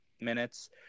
minutes